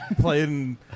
playing